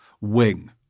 wing